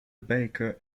baker